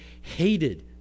hated